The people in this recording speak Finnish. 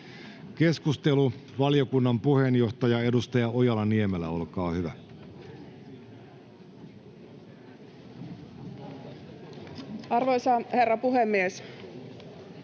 Keskustelu, valiokunnan puheenjohtaja, edustaja Ojala-Niemelä, olkaa hyvä. [Speech 105] Speaker: